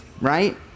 right